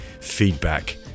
feedback